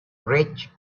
rich